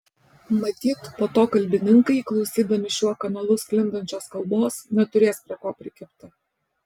matyt po to kalbininkai klausydami šiuo kanalu sklindančios kalbos neturės prie ko prikibti